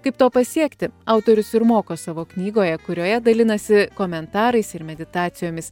kaip to pasiekti autorius ir moko savo knygoje kurioje dalinasi komentarais ir meditacijomis